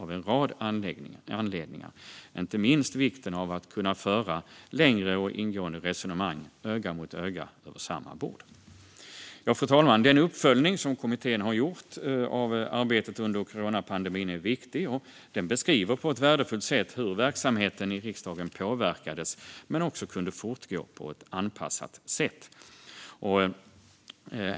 Det gällde inte minst vikten av att kunna föra längre och ingående resonemang öga mot öga över samma bord. Fru talman! Den uppföljning som kommittén har gjort av arbetet under coronapandemin är viktig och beskriver på ett värdefullt sätt hur verksamheten i riksdagen påverkades men också kunde fortgå på ett anpassat sätt.